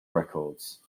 records